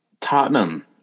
Tottenham